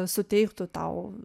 suteiktų tau